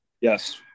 Yes